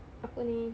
apa ni